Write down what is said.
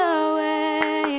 away